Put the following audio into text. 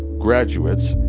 graduates,